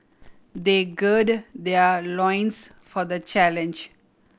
they gird their loins for the challenge